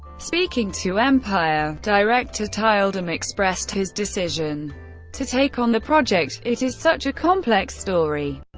speaking to empire, director tyldum expressed his decision to take on the project it is such a complex story.